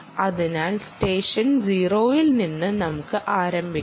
അതിനാൽ സ്റ്റെഷൻ 0 ൽ നിന്ന് നമുക്ക് ആരംഭിക്കാം